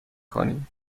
کنیم